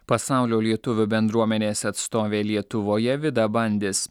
pasaulio lietuvių bendruomenės atstovė lietuvoje vida bandis